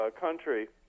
country